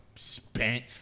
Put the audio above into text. Spent